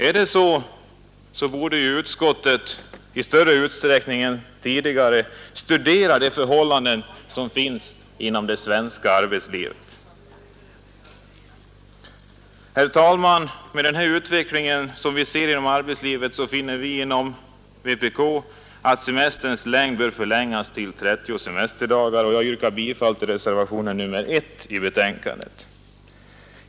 Om det är så borde nog utskottet i större utsträckning än tidigare studera de förhållanden som finns inom det svenska arbetslivet. Herr talman! På grund av den utveckling som sker inom arbetslivet finner vi inom vpk att semestern bör förlängas till att omfatta 30 dagar. Jag yrkar därför bifall till reservationen 1 i betänkandet.